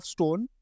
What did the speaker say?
Stone